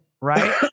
right